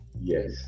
Yes